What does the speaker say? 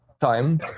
time